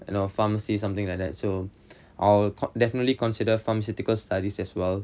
you know pharmacy something like that so I'll definitely consider pharmaceutical studies as well